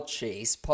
Chase